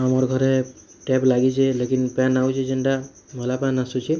ଆମର୍ ଘରେ ଟ୍ୟାପ୍ ଲାଗିଛେ ଲେକିନ୍ ପାନ୍ ଆଉଛି ଯେନ୍ଟା ମଇଲା ପାନ୍ ଆସୁଛି